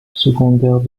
secondaire